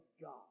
God